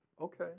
Okay